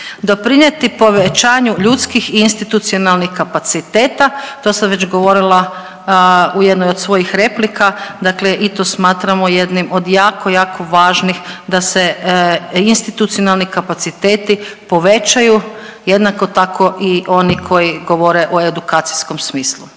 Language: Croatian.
doprinijeti povećanju ljudskih i institucionalnih kapaciteta. To sam već govorila u jednoj od svojih replika. Dakle i to i smatramo jednim od jako, jako važnih da se institucionalni kapaciteti povećaju jednako tako i oni koji govore o edukacijskom smislu.